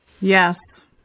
yes